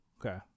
Okay